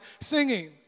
singing